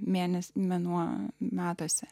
mėnesiai mėnuo metuose